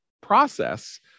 process